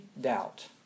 doubt